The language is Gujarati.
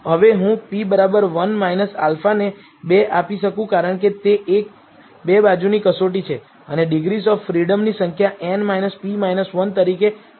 હવે હું p 1 α ને 2 આપી શકું કારણ કે તે એક બે બાજુની કસોટી છે અને ડિગ્રીઝ ઓફ ફ્રીડમની સંખ્યા n p 1 તરીકે આપવામાં આવે છે